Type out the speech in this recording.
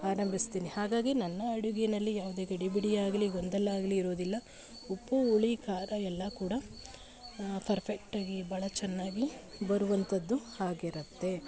ಆರಂಭಿಸ್ತೀನಿ ಹಾಗಾಗಿ ನನ್ನ ಅಡುಗೆಯಲ್ಲಿ ಯಾವುದೇ ಗಡಿಬಿಡಿ ಆಗಲಿ ಗೊಂದಲ ಆಗಲಿ ಇರೋದಿಲ್ಲ ಉಪ್ಪು ಹುಳಿ ಖಾರ ಎಲ್ಲ ಕೂಡ ಫರ್ಫೆಕ್ಟ್ ಆಗಿ ಭಾಳ ಚೆನ್ನಾಗಿ ಬರುವಂಥದ್ದು ಆಗಿರುತ್ತೆ